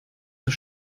zur